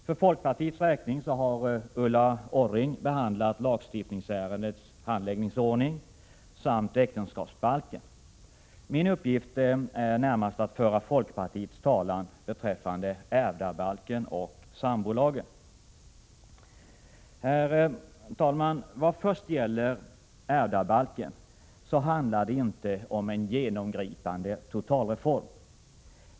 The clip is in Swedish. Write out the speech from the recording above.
För folkpartiets räkning har Ulla Orring behandlat lagstiftningsärendets handläggningsordning samt äktenskapsbalken. Min uppgift är närmast att föra folkpartiets talan beträffande ärvdabalken och sambolagen. Herr talman! Vad först gäller ärvdabalken, så handlar det inte om en genomgripande totalreform.